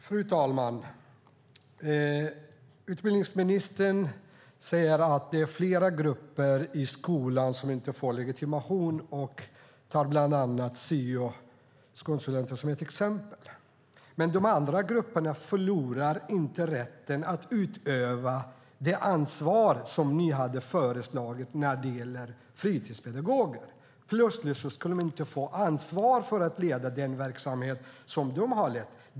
Fru talman! Utbildningsministern säger att det är flera grupper i skolan som inte får legitimation och tar bland annat syokonsulenter som exempel. Men de andra grupperna förlorar inte rätten att utöva ansvar, vilket ni har föreslagit när det gäller fritidspedagoger. Plötsligt ska de inte få ansvar för att leda den verksamhet som de har lett.